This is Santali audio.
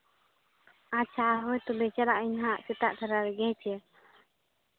ᱟᱪᱪᱷᱟ ᱟᱨᱦᱚᱸ ᱛᱚᱵᱮ ᱪᱟᱞᱟᱜ ᱟᱹᱧ ᱦᱟᱸᱜ ᱥᱮᱛᱟᱜ ᱫᱷᱟᱨᱟ ᱨᱮᱜᱮ ᱦᱮᱸᱥᱮ